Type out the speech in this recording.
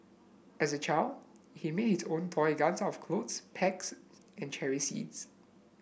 as a child he made his own toy guns out of clothes pegs and cherry seeds